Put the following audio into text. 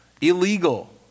illegal